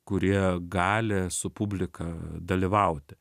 kurie gali su publika dalyvauti